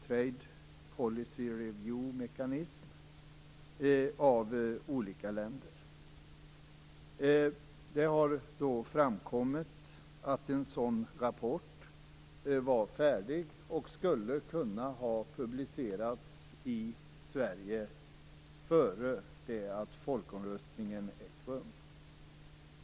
TPRM står för Trade Policy Review Mechanism. Det har då framkommit att en sådan rapport var färdig och skulle ha kunnat publicerats i Sverige innan folkomröstningen ägde rum.